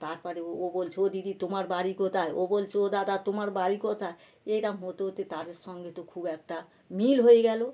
তারপরে ও বলছে ও দিদি তোমার বাড়ি কোথায় ও বলছে ও দাদা তোমার বাড়ি কোথায় এরকম হতে হতে তাদের সঙ্গে তো খুব একটা মিল হয়ে গেল